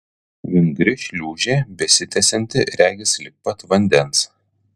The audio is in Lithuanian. vingri šliūžė besitęsianti regis lig pat vandens